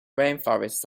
rainforests